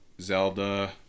Zelda